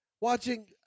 watching